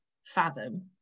Fathom